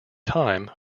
time